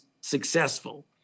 successful